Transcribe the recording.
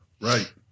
Right